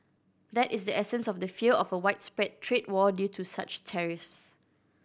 that is the essence of the fear of a widespread trade war due to such tariffs